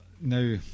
Now